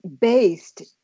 based